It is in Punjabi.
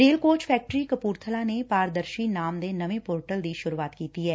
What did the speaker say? ਰੇਲ ਕੋਚ ਫੈਕਟਰੀ ਕਪੁਰਬਲਾ ਨੇ ਪਾਰਦਰਸ਼ੀ ਨਾਮ ਦੇ ਨਵੇ ਪੋਰਟਲ ਦੀ ਸ੍ਸਰੁਆਤ ਕੀਤੀ ਐ